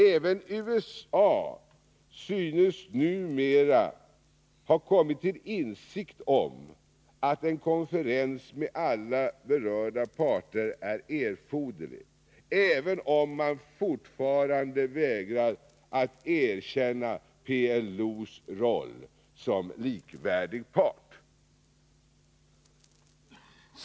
Även i USA synes man numera ha kommit till insikt om att en konferens med alla berörda parter är erforderlig, även om man fortfarande vägrar att erkänna PLO som likvärdig part.